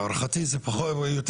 להערכתי זה יותר,